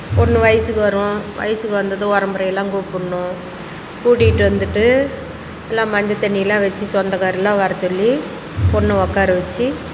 பொண்ணு வயதுக்கு வரும் வயசுக்கு வந்ததும் ஒறவுமுறையெல்லாம் கூப்பிட்ணும் கூட்டிட்டு வந்துவிட்டு எல்லாம் மஞ்சத் தண்ணிலாம் வெச்சி சொந்தக்காருலாம் வர சொல்லி பொண்ணு உக்கார வெச்சி